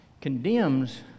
condemns